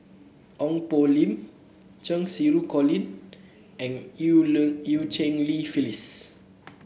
Ong Poh Lim Cheng Xinru Colin and Eu Eu Cheng Li Phyllis